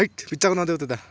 होइट बित्थाको नदेऊ त्यो दा